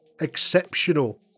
exceptional